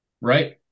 right